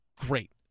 great